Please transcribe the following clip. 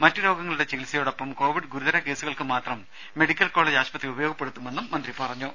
മറ്റുരോഗങ്ങളുടെ ചികിത്സയോടൊപ്പം കോവിഡ് ഗുരുതര കേസുകൾക്ക് മാത്രം മെഡിക്കൽ കോളേജ് ആശുപത്രി ഉപയോഗപ്പെടുത്തുമെന്നും മന്ത്രി പറഞ്ഞു